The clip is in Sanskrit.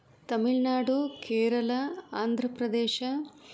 तमिळ्नाडु केरळा आन्ध्रप्रदेशः